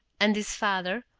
and his father,